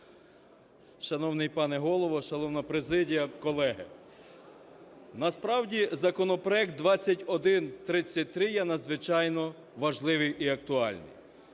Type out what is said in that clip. Шановний пане Голово, шановна президія, колеги, насправді законопроект 2133 є надзвичайно важливий і актуальний.